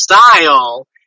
style